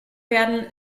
werden